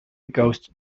ghost